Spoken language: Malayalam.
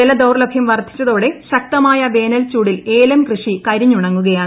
ജലദൌർലഭൃം വർദ്ധിച്ചതോടെ ശക്തമായ വേനൽച്ചൂടിൽ ഏലം കൃഷി കരിഞ്ഞുണങ്ങുകയാണ്